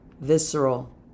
visceral